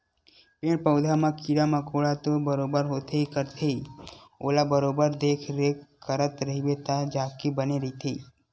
पेड़ पउधा म कीरा मकोरा तो बरोबर होबे करथे ओला बरोबर देखरेख करत रहिबे तब जाके बने रहिथे